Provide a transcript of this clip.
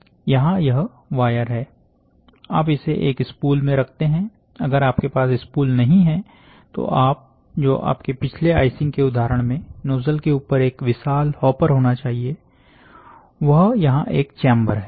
यहां यह वायर है आप इसे एक स्पूल में रखते हैं अगर आपके पास स्पूल नहीं है तो जो आपके पिछले आइसिंग के उदाहरण में नोजल के ऊपर एक विशाल हाॅपर होना चाहिए वह यहां एक चेंबर है